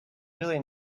really